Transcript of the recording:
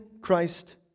Christ